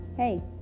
Hey